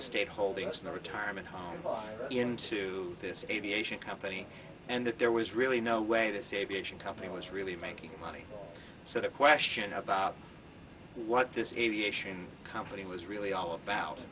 estate holdings in a retirement home into this aviation company and that there was really no way this aviation company was really making money so the question about what this aviation company was really all about